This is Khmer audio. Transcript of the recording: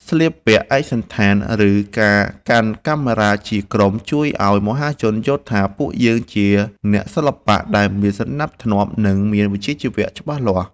ស្លៀកពាក់ឯកសណ្ឋាន ឬ ការកាន់កាមេរ៉ាជាក្រុមជួយឱ្យមហាជនយល់ថាពួកយើងជាអ្នកសិល្បៈដែលមានសណ្តាប់ធ្នាប់ និង មានវិជ្ជាជីវៈច្បាស់លាស់។